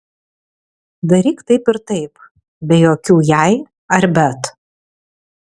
daryk taip ir taip be jokių jei ar bet